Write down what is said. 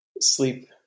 sleep